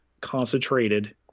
concentrated